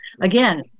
Again